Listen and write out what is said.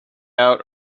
out